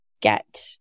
get